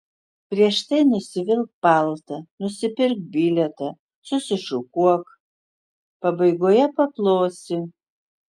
prieš tai nusivilk paltą nusipirk bilietą susišukuok pabaigoje paplosi